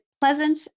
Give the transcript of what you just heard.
pleasant